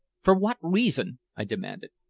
for what reason? i demanded.